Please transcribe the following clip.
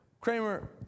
Kramer